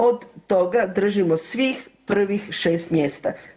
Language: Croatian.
Od toga držimo svih prvih 6 mjesta.